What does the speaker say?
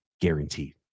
guaranteed